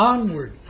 Onward